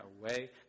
away